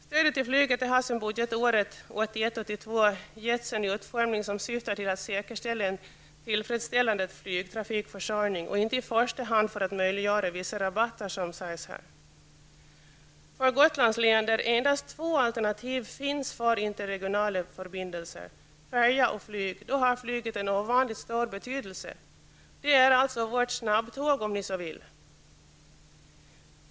Stödet till flyget har sedan budgetåret 1981/82 givits en utformning som syftar till att säkerställa en tillfredsställande flygtrafikförsörjning och inte i första hand att möjliggöra vissa rabatter, såsom det här sägs. För Gotlands län, där det endast finns två alternativ för interregionala förbindelser — färja och flyg — har flyget en ovanligt stor betydelse. Det är vårt snabbtåg, om ni så vill.